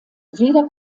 jeder